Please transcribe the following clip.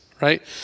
right